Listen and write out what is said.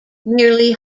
nearly